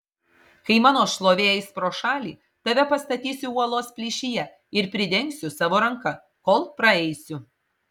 kai mano šlovė eis pro šalį tave pastatysiu uolos plyšyje ir pridengsiu savo ranka kol praeisiu